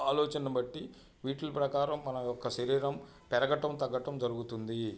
ఆలోచనని బట్టి వీటిల ప్రకారం మన యొక్క శరీరం పెరగటం తగ్గటం జరుగుతుంది